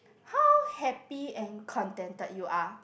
how happy and contented you are